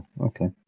okay